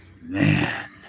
man